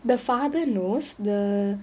the father knows the